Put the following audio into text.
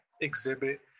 exhibit